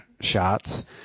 shots